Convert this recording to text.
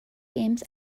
games